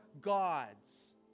God's